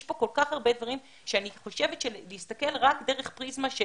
יש פה כל כך הרבה דברים שאני חושבת שלהסתכל רק דרך פריזמה של